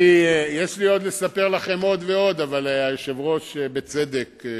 יש לי עוד ועוד לספר לכם, אבל היושב-ראש, בצדק,